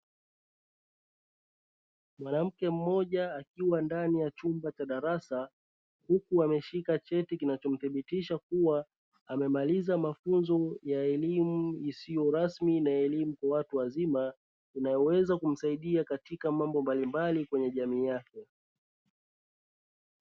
Mwanamke mmoja akiwa ndani ya chumba cha darasa, huku ameshika cheti kinachomthibitisha kuwa amemaliza mafunzo ya elimu isiyo rasmi na elimu ya watu wazima, inayoweza kumsaidia katika mambo mbalimbali kwenye jamii yake.